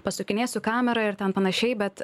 pasukinėsiu kamerą ir ten panašiai bet